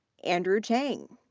andrew chang,